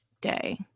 day